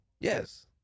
Yes